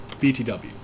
BTW